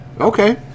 Okay